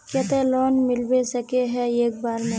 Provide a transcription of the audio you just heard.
केते लोन मिलबे सके है एक बार में?